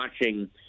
watching